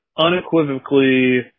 unequivocally